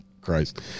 Christ